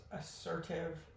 assertive